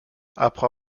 après